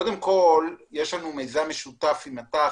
קודם כל יש לנו מיזם משותף עם מט"ח,